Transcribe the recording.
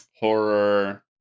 Horror